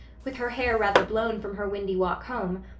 with her hair rather blown from her windy walk home,